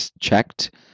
checked